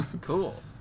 cool